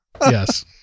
Yes